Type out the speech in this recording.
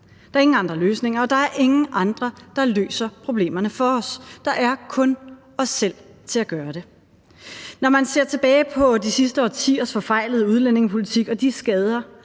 Der er ikke andre løsninger, og der er ingen andre, der løser problemerne for os, der er kun os selv til at gøre det. Når man ser tilbage på de sidste årtiers forfejlede udlændingepolitik og de skader,